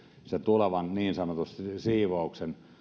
tulevan niin sanotusti siivouksen